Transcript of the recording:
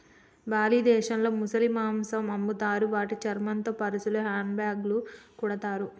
Bali దేశంలో ముసలి మాంసం అమ్ముతారు వాటి చర్మంతో పర్సులు, హ్యాండ్ బ్యాగ్లు కుడతారు